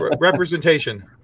Representation